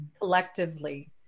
collectively